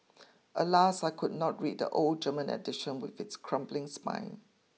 Alas I could not read the old German edition with its crumbling spine